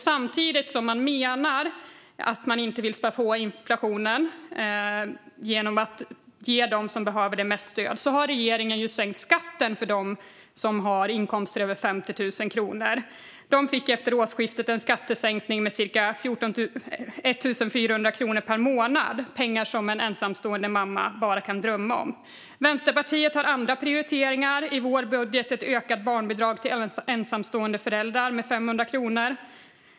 Samtidigt som man menar att man inte vill spä på inflationen genom att ge dem som behöver det mest stöd har regeringen sänkt skatten för dem som har inkomster över 50 000 kronor. De fick efter årsskiftet en skattesänkning med cirka 1 400 kronor per månad. Det är pengar som en ensamstående mamma bara kan drömma om. Vänsterpartiet har andra prioriteringar. I vår budget finns ett ökat barnbidrag till ensamstående föräldrar med 500 kronor.